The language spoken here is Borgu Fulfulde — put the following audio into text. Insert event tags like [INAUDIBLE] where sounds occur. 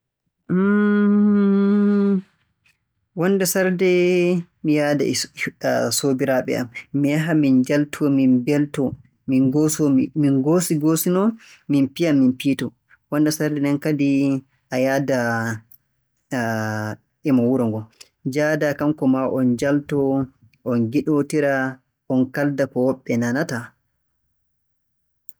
[HESITATION] wonnde sarde mi yahda e soobiraaɓeam, mi yaha min njaltoo, min mbeltoo, min ngooso- min ngoosi-ngoosinoo, min piya min piytoo. Wonnde sarde nden kadi a yahda [HESITATION] e mo wuro ngon. Njahdaa kanko maa on njaltoo e ngiɗootira, on kaalda ko woɓbe nanataa.